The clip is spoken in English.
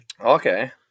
okay